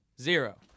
zero